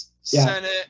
Senate